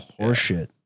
horseshit